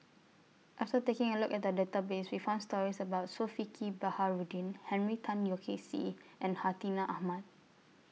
after taking A Look At The Database We found stories about Zulkifli Baharudin Henry Tan Yoke See and Hartinah Ahmad